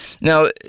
Now